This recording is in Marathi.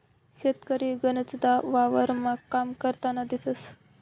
शेतकरी गनचदा वावरमा काम करतान दिसंस